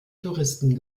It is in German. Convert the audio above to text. touristen